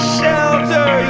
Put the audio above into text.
shelter